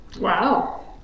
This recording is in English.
wow